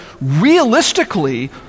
realistically